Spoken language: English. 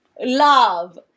Love